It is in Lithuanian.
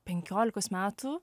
penkiolikos metų